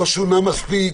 שלא שונה מספיק,